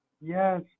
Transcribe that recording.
Yes